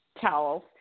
towels